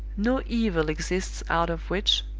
no evil exists out of which,